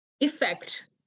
effect